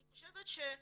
לדעתי,